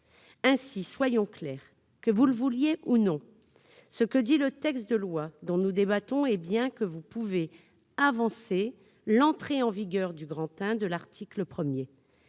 Ainsi, soyons clairs, que vous le vouliez ou non, ce que dit le texte de loi dont nous débattons, c'est bien que vous pouvez avancer l'entrée en vigueur du II, et non du I, de l'article 1.